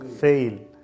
fail